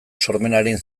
sormenaren